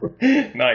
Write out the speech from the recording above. Nice